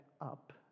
up